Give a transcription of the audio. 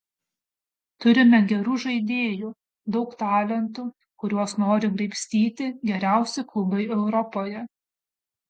turime gerų žaidėjų daug talentų kuriuos nori graibstyti geriausi klubai europoje